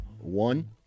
one